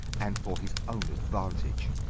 and for his owne aduantage